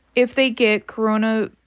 if they get coronavirus,